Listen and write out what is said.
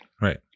Right